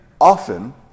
often